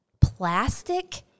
plastic